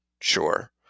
sure